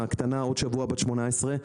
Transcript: הקטנה עוד שבוע בת 18,